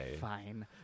Fine